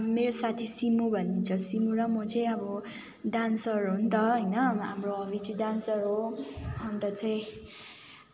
अब मेरो साथी सिमु भन्ने छ सिमु र म चाहिँ अब डान्सर हो नि त होइन हाम्रो हबी चाहिँ डान्सर हो अन्त चाहिँ